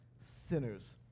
sinners